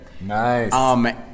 Nice